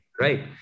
right